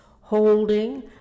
holding